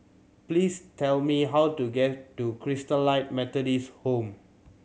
please tell me how to get to Christalite Methodist Home